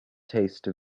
taste